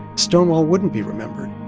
stonewall wouldn't be remembered